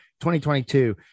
2022